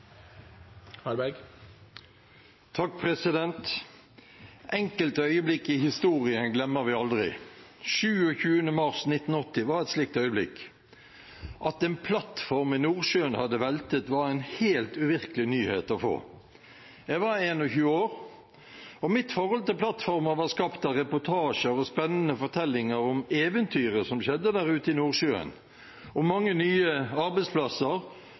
Enkelte øyeblikk i historien glemmer vi aldri. Den 27. mars 1980 var et slikt øyeblikk. At en plattform i Nordsjøen hadde veltet, var en helt uvirkelig nyhet å få. Jeg var 21 år, og mitt forhold til plattformer var skapt av reportasjer og spennende fortellinger om eventyret som skjedde der ute i Nordsjøen – mange nye arbeidsplasser,